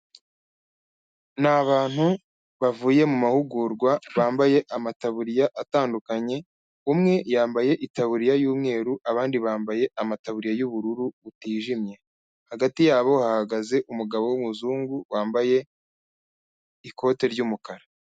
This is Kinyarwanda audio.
Ni abantu bavuye mu mahugurwa bambaye amataburiya atandukanye, umwe yambaye itaburiya y'umweru, abandi bambaye amataburiya y'ubururu butijimye, hagati yabo bahagaze umugabo w'umuzungu, wambaye ikote ry'umukara.